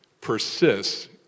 persists